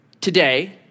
today